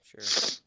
Sure